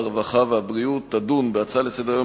הרווחה והבריאות תדון בהצעה לסדר-היום